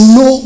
no